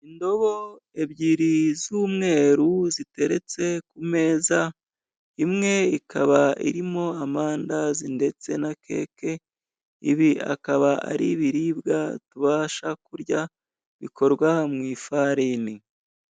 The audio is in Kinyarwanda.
Indobo ebyiri z'umweru ziteretse ku meza, imwe ikaba irimo amandazi ndetse na keke, ibi akaba ari ibibwa tubasha kurya bikorwa mu ifarini.